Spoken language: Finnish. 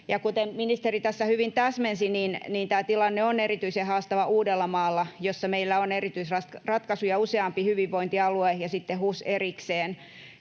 Kuten ministeri tässä hyvin täsmensi, tämä tilanne on erityisen haastava Uudellamaalla, jossa meillä on erityisratkaisu ja useampi hyvinvointialue ja sitten HUS erikseen,